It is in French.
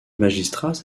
magistrats